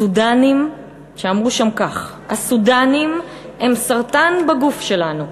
שאמרו שם כך: "הסודאנים הם סרטן בגוף שלנו,